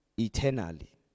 eternally